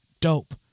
dope